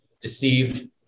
deceived